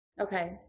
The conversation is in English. Okay